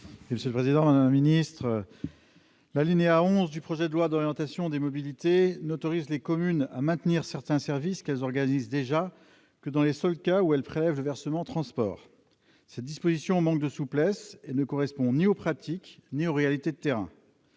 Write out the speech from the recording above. M. Patrick Chaize. L'alinéa 11 de l'article 1 du projet de loi d'orientation des mobilités n'autorise les communes à maintenir certains services qu'elles organisent déjà que dans les seuls cas où elles prélèvent le versement transport. Cette disposition manque de souplesse et ne correspond ni aux pratiques ni aux réalités du terrain.